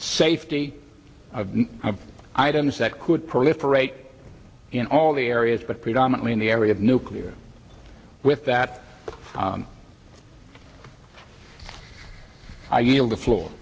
safety of items that could proliferate in all the areas but predominately in the area of nuclear with that i yield the floor